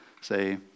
say